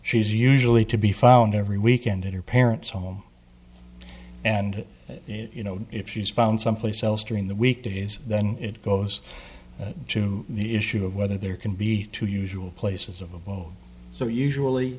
she's usually to be found every weekend in her parents home and you know if she's found someplace else during the weekdays then it goes to the issue of whether there can be two usual places of abode so usually